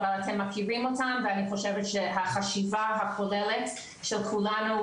אבל אתם מכירים אותם ואני חושבת שהחשיבה הכוללת של כולנו,